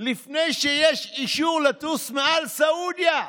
לפני שיש אישור לטוס מעל סעודיה.